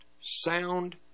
Sound